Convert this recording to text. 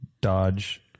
Dodge